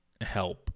help